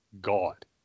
God